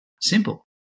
Simple